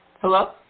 Hello